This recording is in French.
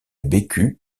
bécu